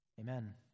Amen